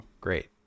great